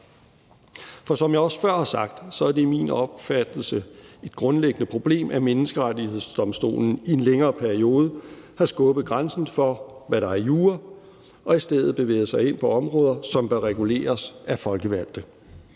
For som jeg også før har sagt, er det efter min opfattelse et grundlæggende problem, at Menneskerettighedsdomstolen i en længere periode har skubbet grænsen for, hvad der er jura, og i stedet har bevæget sig ind på områder, som bør reguleres af folkevalgte.